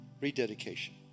rededication